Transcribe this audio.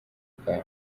kawe